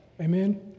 Amen